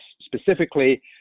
Specifically